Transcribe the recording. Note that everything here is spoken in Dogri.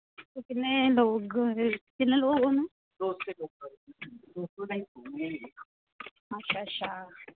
किन्ने लोग किन्ने लोग न